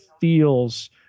feels